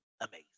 Amazing